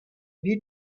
ville